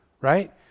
right